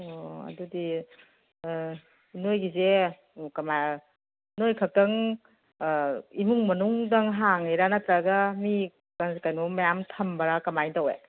ꯑꯣ ꯑꯗꯨꯗꯤ ꯅꯣꯏꯒꯤꯁꯦ ꯀꯃꯥꯏꯅ ꯅꯣꯏ ꯈꯛꯇꯪ ꯏꯃꯨꯡ ꯃꯅꯨꯡꯗꯪ ꯍꯥꯡꯉꯤꯔ ꯅꯠꯇ꯭ꯔꯒ ꯃꯤ ꯀꯩꯅꯣ ꯃꯌꯥꯝ ꯊꯝꯕꯔ ꯀꯃꯥꯏꯅ ꯇꯧꯏ